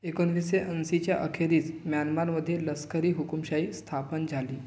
एकोणीसशे ऐंशीच्या अखेरीस म्यानमारमध्ये लष्करी हुकूमशाही स्थापन झाली